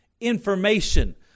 information